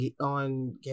on